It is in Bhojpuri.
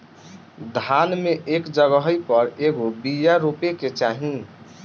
धान मे एक जगही पर कएगो बिया रोपे के चाही?